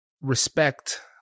respect